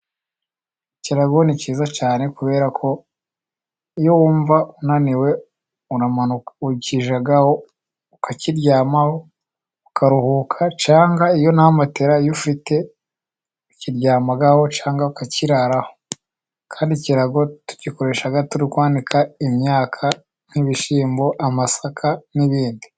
Ikirago ni cyiza cyane, kubera ko iyo wumva unaniwe uramanuka ukijyaho ukakiryamaho ukaruhuka, cyangwa iyo nta matera ufite ukiryamaho, cyangwa ukakiraraho, kandi ikirago tugikoresha turi kwanika imyaka nk'ibishyimbo, amasaka n'ibindi.